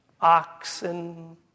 oxen